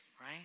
right